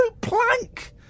plank